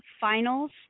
finals